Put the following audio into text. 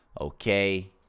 Okay